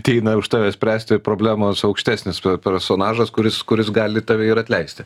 ateina už tave spręsti problemos aukštesnis per personažas kuris kuris gali tave ir atleisti